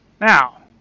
Now